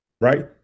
Right